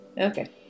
Okay